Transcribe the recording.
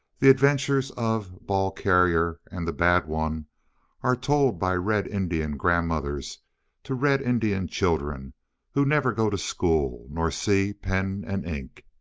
the adventures of ball-carrier and the bad one are told by red indian grandmothers to red indian children who never go to school, nor see pen and ink.